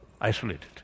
Isolated